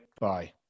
Bye